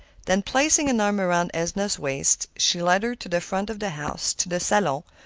then placing an arm around edna's waist, she led her to the front of the house, to the salon,